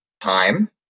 Time